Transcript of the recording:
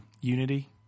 unity